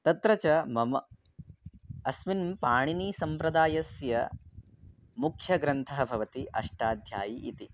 तत्र च मम अस्मिन् पाणिनीसम्प्रदायस्य मुख्यग्रन्थः भवति अष्टाध्यायी इति